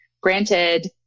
granted